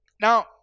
Now